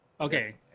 okay